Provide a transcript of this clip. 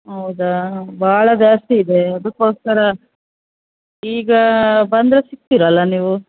ಹೌದಾ ಭಾಳ ಜಾಸ್ತಿ ಇದೆ ಅದಕ್ಕೋಸ್ಕರ ಈಗ ಬಂದರೆ ಸಿಕ್ತೀರಲ್ಲ ನೀವು